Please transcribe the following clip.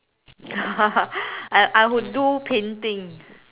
ya I I would do painting